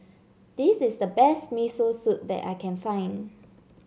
this is the best Miso Soup that I can find